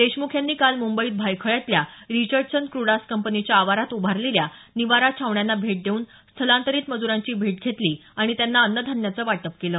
देशमुख यांनी काल मुंबईत भायखळ्यातल्या रिचर्डसन क्रडास कंपनीच्या आवारात उभारलेल्या निवारा छावण्यांना भेट देऊन स्थलांतरित मजुरांची भेट घेतली आणि त्यांना अन्नधान्याचं वाटप केलं